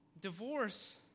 Divorce